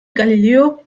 galileo